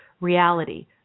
reality